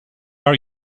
are